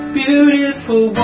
beautiful